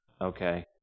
okay